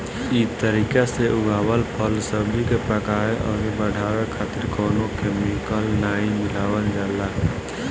इ तरीका से उगावल फल, सब्जी के पकावे अउरी बढ़ावे खातिर कवनो केमिकल नाइ मिलावल जाला